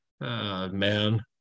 man